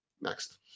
next